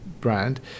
brand